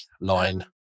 line